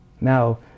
Now